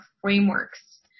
frameworks